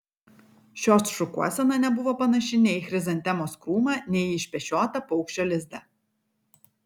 šios šukuosena nebuvo panaši nei į chrizantemos krūmą nei į išpešiotą paukščio lizdą